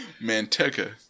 Manteca